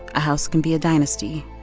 a house can be a dynasty,